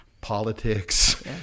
politics